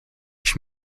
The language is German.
ich